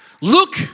Look